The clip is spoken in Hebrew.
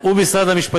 אתה מקשיב?